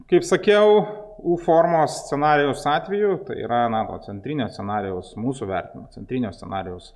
kaip sakiau u formos scenarijaus atveju yra na to centrinio scenarijaus mūsų vertinimu centrinio scenarijaus